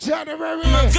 January